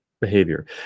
behavior